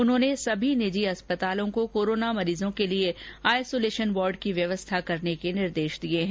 उन्होंने सभी निजी अस्पतालों को कोरोना मरीजों के लिए आइसोलेशन वार्ड की व्यवस्था करने के निर्देश दिए हैं